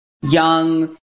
young